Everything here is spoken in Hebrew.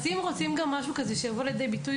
אז אם רוצים משהו שגם יבוא לידי ביטוי